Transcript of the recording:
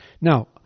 Now